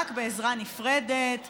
רק בעזרה נפרדת.